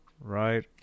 Right